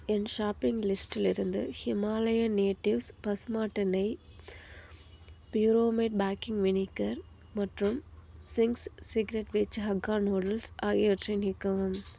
என் shopping லிஸ்டிலிருந்து Himalayan natives பசுமாட்டு நெய் பியூரோமேட் பேக்கிங் வினீகர் மற்றும் Ching's Secret veg hakka noodles ஆகியவற்றை நீக்கவும்